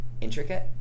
intricate